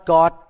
God